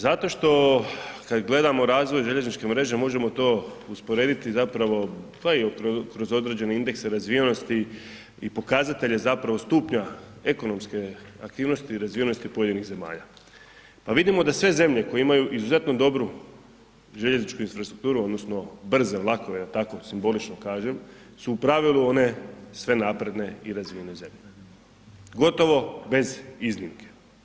Zato što kad gledamo razvoj željezničke mreže možemo to usporediti zapravo, pa i kroz određene indekse razvijenosti i pokazatelje zapravo stupnja ekonomske aktivnosti i razvijenosti pojedinih zemalja, pa vidimo da sve zemlje koje imaju izuzetno dobru željezničku infrastrukturu odnosno brze vlakove da tako simbolično kažem su u pravile one sve napredne i razvijene zemlje, gotovo bez iznimke.